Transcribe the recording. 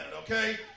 okay